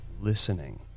listening